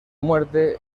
muerte